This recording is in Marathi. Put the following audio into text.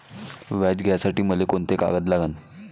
व्याज घ्यासाठी मले कोंते कागद लागन?